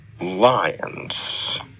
lions